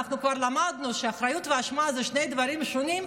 אנחנו כבר למדנו שאחריות ואשמה אלה שני דברים שונים,